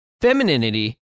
femininity